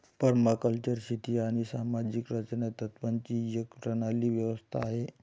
permaculture शेती आणि सामाजिक रचना तत्त्वांची एक प्रणाली व्यवस्था आहे